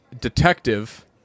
detective